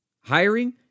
hiring